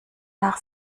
nach